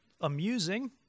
amusing